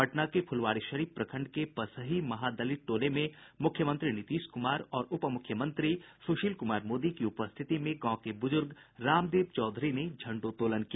पटना के फुलवारीशरीफ प्रखंड के पसही महादलित टोले में मुख्यमंत्री नीतीश कुमार और उपमुख्यमंत्री सुशील कुमार मोदी की उपस्थिति में गांव के बुजुर्ग रामदेव चौधरी ने झंडोत्तोलन किया